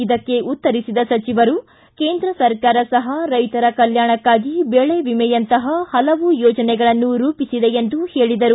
ಇದಕ್ಕೆ ಉತ್ತರಿಸಿದ ಸಚಿವರು ಕೇಂದ್ರ ಸರ್ಕಾರ ಸಹ ರೈತರ ಕಲ್ಟಾಣಕ್ಕಾಗಿ ಬೆಳೆ ವಿಮೆಯಂತಹ ಹಲವು ಯೋಜನೆಗಳನ್ನು ರೂಪಿಸಿದೆ ಎಂದರು